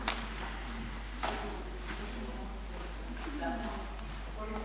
Hvala